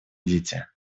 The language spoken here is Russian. дети